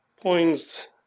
points